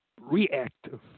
reactive